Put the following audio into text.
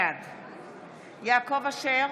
בעד יעקב אשר,